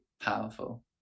powerful